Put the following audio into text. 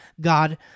God